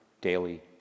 daily